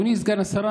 אדוני סגן השרה,